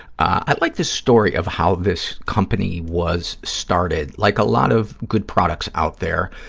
i like the story of how this company was started. like a lot of good products out there,